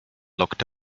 looked